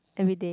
everyday